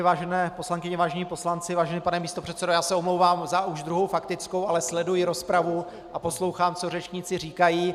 Vážené poslankyně, vážení poslanci, vážený pane místopředsedo, já se omlouvám za už druhou faktickou, ale sleduji rozpravu a poslouchám, co řečníci říkají.